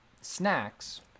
snacks